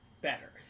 better